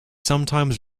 sometimes